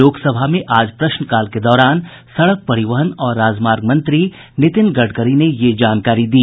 लोकसभा में आज प्रश्नकाल के दौरान सड़क परिवहन और राजमार्ग मंत्री नितिन गड़करी ने यह जानकारी दी